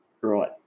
Right